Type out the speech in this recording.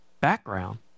background